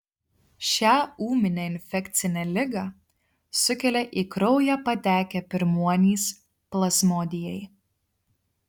šią ūminę infekcinę ligą sukelia į kraują patekę pirmuonys plazmodijai